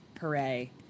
Hooray